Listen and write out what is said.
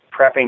prepping